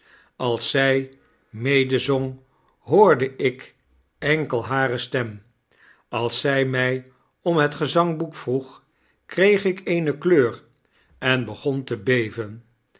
als zij medezong hoorde ik enkel hare stem als zy my om het gezangboek vroeg kreeg ik eene kleur en begon tebeven